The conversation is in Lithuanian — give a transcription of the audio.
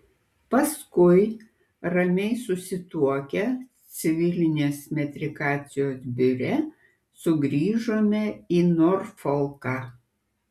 paskui ramiai susituokę civilinės metrikacijos biure sugrįžome į norfolką